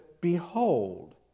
behold